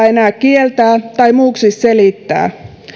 enää kieltää tai muuksi selittää